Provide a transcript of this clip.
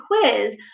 quiz